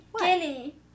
guinea